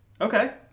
Okay